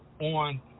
on